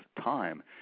time